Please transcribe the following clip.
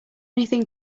anything